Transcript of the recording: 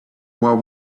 what